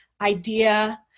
idea